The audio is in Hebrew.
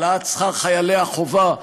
העלאת שכר חיילי החובה,